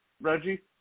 Reggie